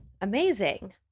Amazing